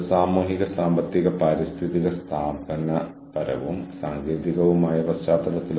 അതിനാൽ നമ്മൾ പ്രധാനമായും സംസാരിക്കുന്നത് ഇന്ററാക്ടിവ് നെറ്റ്വർക്കിംഗിനെക്കുറിച്ചാണ്